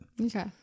Okay